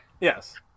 Yes